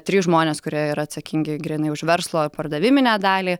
trys žmonės kurie yra atsakingi grynai už verslo pardaviminę dalį